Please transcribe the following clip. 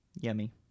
yummy